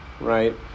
right